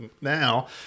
now